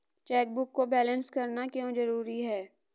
Chequebook को balance करना क्यों जरूरी है?